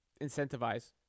incentivize